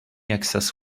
excess